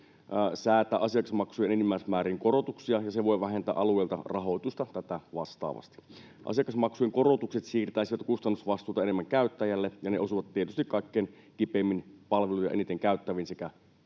säätää asiakasmaksujen enimmäismääriin korotuksia, ja se voi vähentää alueilta rahoitusta tätä vastaavasti. Asiakasmaksujen korotukset siirtäisivät kustannusvastuuta enemmän käyttäjälle, ja ne osuvat tietysti kaikkein kipeimmin palveluja eniten käyttäviin sekä